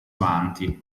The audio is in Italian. avanti